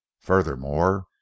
furthermore